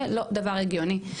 זה לא דבר הגיוני.